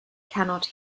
cannot